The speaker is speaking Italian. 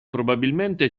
probabilmente